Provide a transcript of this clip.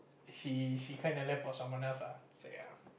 she she kind of left for someone else lah so ya